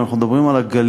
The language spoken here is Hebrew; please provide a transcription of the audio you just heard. אם אנחנו מדברים על הגליל,